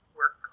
work